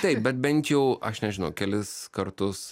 taip bet bent jau aš nežinau kelis kartus